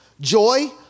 joy